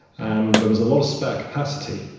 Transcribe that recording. and there was a lot of spare capacity.